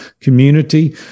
community